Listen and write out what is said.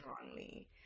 strongly